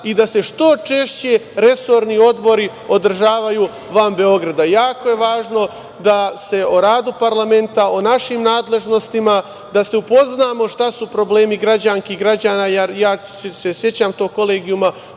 i da se što češće resorni odbori održavaju van Beograda. Jako je važno da se o radu parlamenta, o našim nadležnostima, da se upoznamo šta su problemi građanki i građana, jer ja se sećam tog kolegijuma